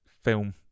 film